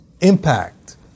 impact